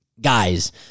guys